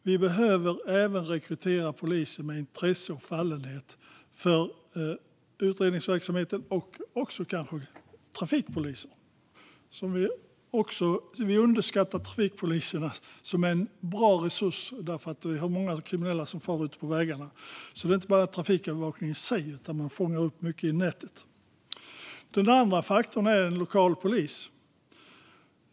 Vi behöver rekrytera poliser med intresse och fallenhet för utredningsverksamhet och även trafikpoliser. Vi underskattar trafikpoliserna som en bra resurs. Många kriminella far runt ute på vägarna. Det handlar inte bara om trafikövervakning i sig, utan det är fråga om att fånga upp mycket i nätet. Den andra komponenten är lokal polis.